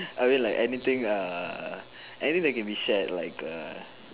I mean like anything anything that can be shared like a